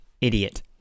Idiot